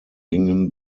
gingen